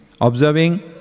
observing